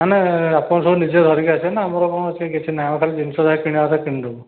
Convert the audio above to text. ନାହିଁ ନାହିଁ ଆପଣ ସବୁ ନିଜେ ଧରିକି ଆସିବେ ନା ଆମର କ'ଣ ଅଛି କିଛି ନାହିଁ ମୁଁ ଖାଲି ଜିନିଷ କିଣିବା କଥା କିଣିଦେବୁ